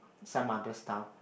some other stuff